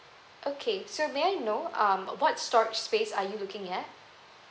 okay so may I know um what storage space are you looking at